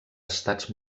estats